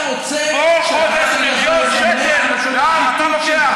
כל חודש מיליון שקל, לאן אתה לוקח?